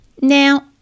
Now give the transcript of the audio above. Now